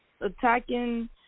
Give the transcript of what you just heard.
attacking